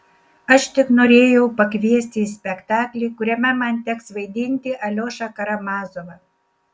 aš tik norėjau pakviesti į spektaklį kuriame man teks vaidinti aliošą karamazovą